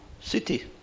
city